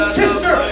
sister